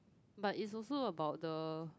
but it's also about the